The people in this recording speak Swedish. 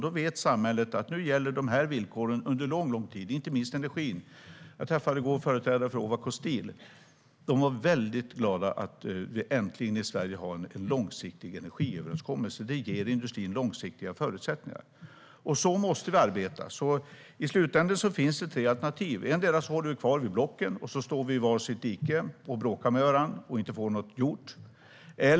Då vet samhället att villkoren gäller under en lång tid. Det gäller inte minst energin. Jag träffade i går företrädare för Ovako Steel. De var väldigt glada över att vi äntligen i Sverige har en långsiktig energiöverenskommelse. Det ger industrin långsiktiga förutsättningar. Så måste vi arbeta. I slutändan finns det tre alternativ. Det första är att vi håller kvar vid blocken och står i var sitt dike och bråkar med varandra och inte får något gjort.